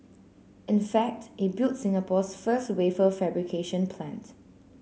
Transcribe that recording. in fact it built Singapore's first wafer fabrication plant